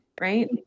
right